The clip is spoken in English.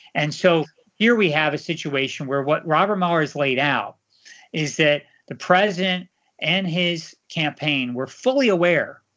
and so here we have a situation where what robert mueller's laid out is that, the president and his campaign were fully aware,